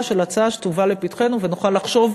של הצעה שתובא לפתחנו ונוכל לחשוב,